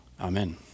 Amen